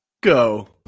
go